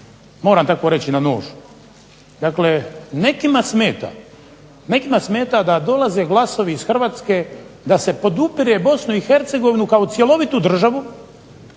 dočekana na nož. Nekima smeta da dolaze glasovi iz Hrvatske da se podupire Bosnu i Hercegovinu kao cjelovitu državu